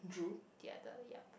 the other yup